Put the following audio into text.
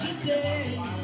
today